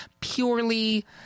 purely